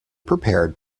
prepared